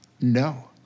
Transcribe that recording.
No